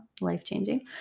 life-changing